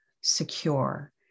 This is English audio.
secure